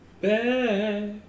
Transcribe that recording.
Back